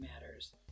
matters